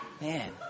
Man